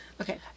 Okay